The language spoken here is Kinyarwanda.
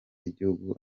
y’igihugu